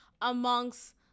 amongst